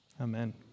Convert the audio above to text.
Amen